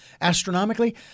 Astronomically